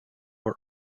were